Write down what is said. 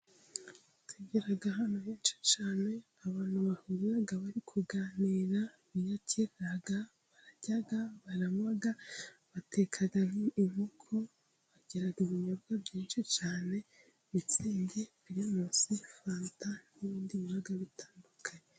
Yageraga ahantu henshi cyane abantu bahurira bari kuganira, biyakirira, bararya ,baranywa, bateka nk'inkoko bagira ibinyobwa byinshi cyane, mitsingi, pirimusi, fanta n'ibindi binyobwa bitandukanye.